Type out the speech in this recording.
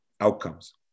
outcomes